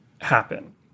happen